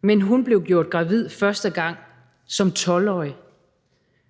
men hun blev gjort gravid første gang som 12-årig,